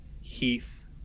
Heath